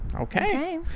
Okay